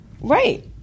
Right